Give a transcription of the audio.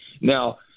Now